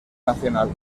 nacional